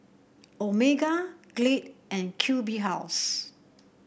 Omega Glade and Q B House